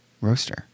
Roaster